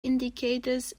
indicators